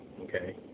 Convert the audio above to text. Okay